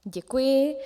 Děkuji.